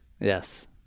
Yes